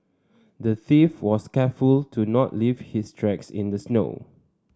the thief was careful to not leave his tracks in the snow